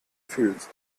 fühlst